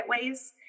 ways